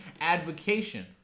advocation